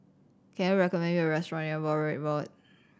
can you recommend me a restaurant near Broadrick Road